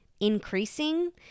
increasing